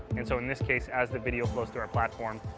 and so in this case, as the video flows through our platform,